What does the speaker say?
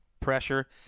pressure